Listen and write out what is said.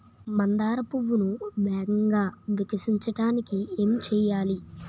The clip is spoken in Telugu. మందార పువ్వును వేగంగా వికసించడానికి ఏం చేయాలి?